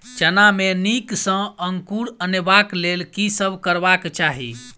चना मे नीक सँ अंकुर अनेबाक लेल की सब करबाक चाहि?